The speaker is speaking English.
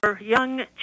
young